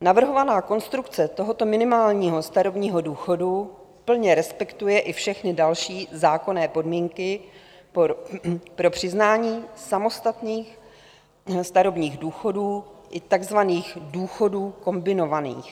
Navrhovaná konstrukce tohoto minimálního starobního důchodu plně respektuje i všechny další zákonné podmínky pro přiznání samostatných starobních důchodů i takzvaných důchodů kombinovaných.